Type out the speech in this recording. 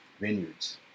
vineyards